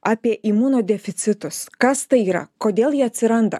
apie imunodeficitus kas tai yra kodėl jie atsiranda